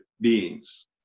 beings